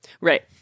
Right